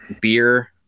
beer